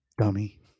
dummy